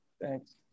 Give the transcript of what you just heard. thanks